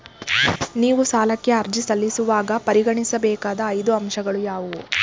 ನೀವು ಸಾಲಕ್ಕೆ ಅರ್ಜಿ ಸಲ್ಲಿಸುವಾಗ ಪರಿಗಣಿಸಬೇಕಾದ ಐದು ಅಂಶಗಳು ಯಾವುವು?